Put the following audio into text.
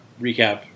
recap